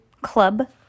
Club